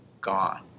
gone